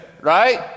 right